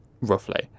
roughly